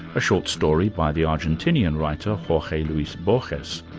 a short story by the argentinian writer, jorge luis borges.